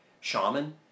Shaman